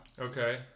Okay